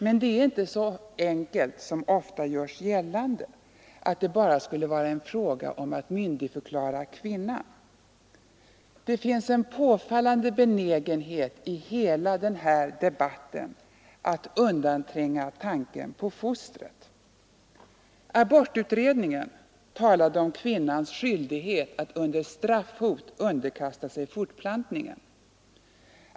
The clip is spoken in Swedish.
Men det är inte så enkelt som ofta görs gällande, att detta bara skulle vara en fråga om att myndigförklara kvinnan. Det finns en påfallande benägenhet i hela den här debatten att undantränga tanken på fostret. Abortutredningen talade om kvinnans skyldighet att under straffhot underkasta sig fortplantningen.